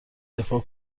دفاع